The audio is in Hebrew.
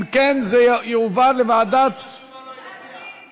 אם כן, זה יועבר, מישהו פה לא הצביע.